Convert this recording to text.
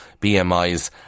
BMIs